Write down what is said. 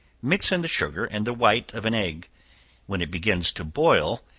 mix in the sugar and the white of an egg when it begins to boil,